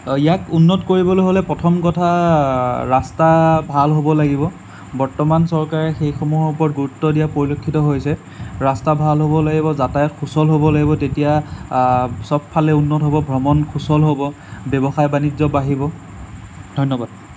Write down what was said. অঁ ইয়াক উন্নত কৰিবলৈ হ'লে প্ৰথম কথা ৰাস্তা ভাল হ'ব লাগিব বৰ্তমান চৰকাৰে সেই সমূহৰ ওপৰত গুৰুত্ব দিয়া পৰিলক্ষিত হৈছে ৰাস্তা ভাল হ'ব লাগিব যাতায়াত সুচল হ'ব লাগিব তেতিয়া তেতিয়া চব ফালে উন্নত হ'ব ভ্ৰমণ সুচল হ'ব ব্যৱসায় বাণিজ্য বাঢ়িব ধন্যবাদ